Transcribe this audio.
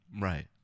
Right